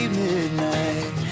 midnight